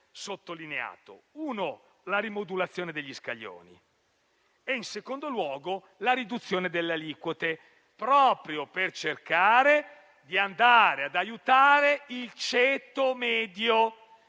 sottolineato: in primo luogo la rimodulazione degli scaglioni e, in secondo luogo, la riduzione delle aliquote, proprio per cercare di aiutare il ceto medio,